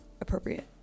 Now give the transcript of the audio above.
appropriate